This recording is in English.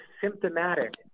symptomatic